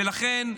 לכן,